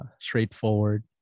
straightforward